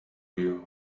you